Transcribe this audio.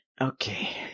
Okay